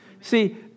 See